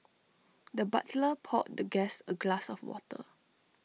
the butler poured the guest A glass of water